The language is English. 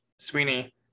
Sweeney